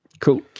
Cool